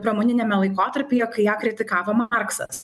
pramoniniame laikotarpyje kai ją kritikavo marksas